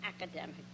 academic